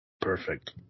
Perfect